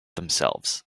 themselves